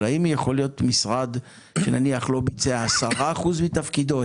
האם יכול להיות משרד שלא ביצע 10% מתקציבו,